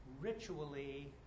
ritually